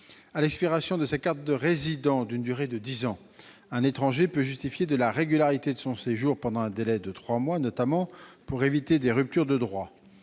À l'expiration de sa carte de résident d'une durée de dix ans, un étranger peut justifier de la régularité de son séjour pendant un délai de trois mois, notamment pour éviter des « ruptures de droit